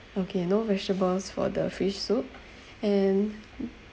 okay no vegetables for the fish soup and